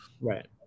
Right